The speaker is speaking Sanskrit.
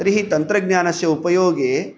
तर्हि तन्त्रज्ञानस्य उपयोगे